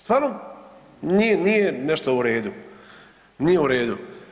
Stvarno nije nešto u redu, nije u redu.